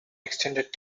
extended